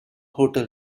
hotel